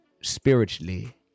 spiritually